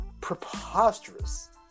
preposterous